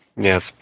Yes